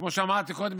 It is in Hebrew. כמו שאמרתי קודם,